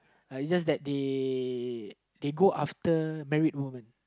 uh it's just that they they go after married women